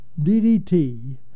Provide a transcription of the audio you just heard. DDT